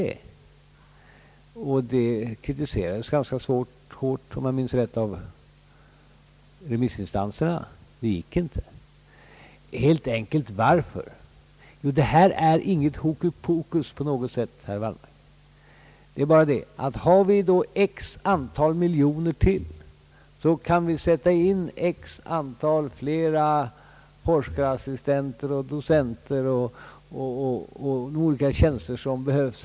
Om jag minns rätt kritiserades detta ganska hårt av remissinstanserna, det gick helt enkelt inte. Varför? Jo, detta är inget hokus pokus, herr Wallmark. Har vi ett visst antal miljoner kronor ytterligare så kan vi sätta in ytterligare ett antal forskare, assistenter och docenter som behövs.